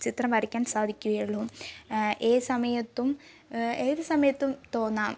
ചിത്രം വരയ്ക്കാൻ സാധിക്കുകയുള്ളൂ ഏത് സമയത്തും ഏത് സമയത്തും തോന്നാം